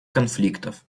конфликтов